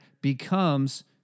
becomes